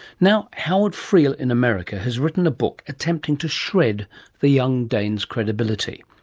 now howard friel in america has written a book attempting to shred the young dane's credibility.